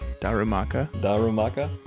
Darumaka